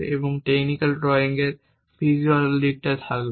এবং technical drawing এর visual দিক থাকবে